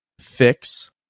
fix